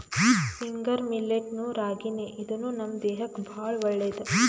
finger millet ನು ರಾಗಿನೇ ಇದೂನು ನಮ್ ದೇಹಕ್ಕ್ ಭಾಳ್ ಒಳ್ಳೇದ್